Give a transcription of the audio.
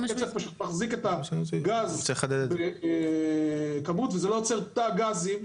הקצף פשוט מחזיק את הגז בכמות וזה לא יוצר תא גזים,